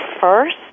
first